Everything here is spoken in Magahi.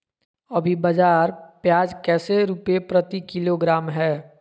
अभी बाजार प्याज कैसे रुपए प्रति किलोग्राम है?